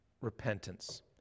repentance